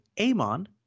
Amon